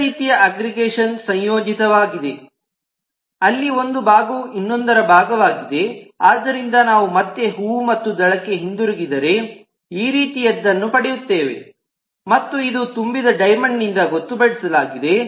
ಇತರ ರೀತಿಯ ಅಗ್ರಿಗೇಷನ್ ಸಂಯೋಜಿತನೆಯವಾಗಿದೆ ಅಲ್ಲಿ ಒಂದು ಭಾಗವು ಇನ್ನೊಂದರ ಭಾಗವಾಗಿದೆ ಆದ್ದರಿಂದ ನಾವು ಮತ್ತೆ ಹೂವು ಮತ್ತು ದಳಕ್ಕೆ ಹಿಂತಿರುಗಿದರೆ ಈ ರೀತಿಯದ್ದನ್ನು ಪಡೆಯುತ್ತೇವೆ ಮತ್ತು ಇದು ತುಂಬಿದ ಡೈಮಂಡ್ ನಿಂದ ಗೊತ್ತುಪಡಿಸಲಾಗಿದೆ